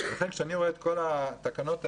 כשאני רואה את כל התקנות האלה,